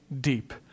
deep